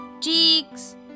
cheeks